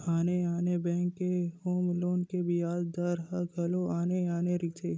आने आने बेंक के होम लोन के बियाज दर ह घलो आने आने रहिथे